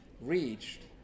reached